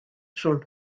rhwng